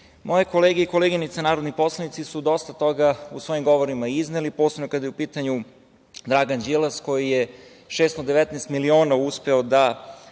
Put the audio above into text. kolege i koleginice narodni poslanici su dosta toga u svojim govorima izneli, posebno kada je u pitanju Dragan Đilas koji je 619 miliona uspeo da